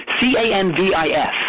C-A-N-V-I-S